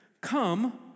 come